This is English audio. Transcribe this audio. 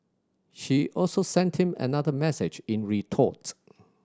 she also sent him another message in retort